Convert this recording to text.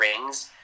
rings